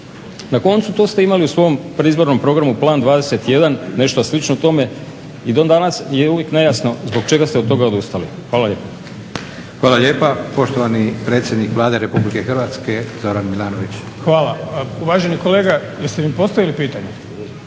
Na koncu to ste imali u svom predizbornom programu Plan 21 nešto slično tome i do danas je uvijek nejasno zbog čega ste od toga odustali. Hvala lijepo. **Leko, Josip (SDP)** Hvala lijepa. Poštovani predsjednik Vlade RH Zoran Milanović. **Milanović, Zoran (SDP)** Pa uvaženi kolega jeste mi postavili pitanje?